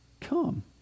come